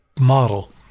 model